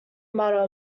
matter